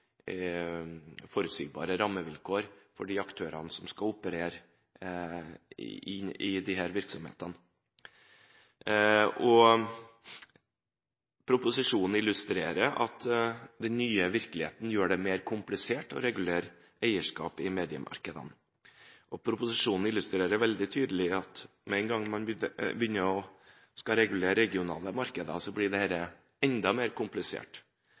forutsigbare rammevilkår for de aktørene som skal operere i disse virksomhetene? Proposisjonen illustrerer at den nye virkeligheten gjør det mer komplisert å regulere eierskapet i mediemarkedene. Proposisjonen illustrerer veldig tydelig at med én gang man skal begynne å regulere regionale markeder, blir dette enda mer komplisert.